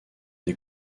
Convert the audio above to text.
des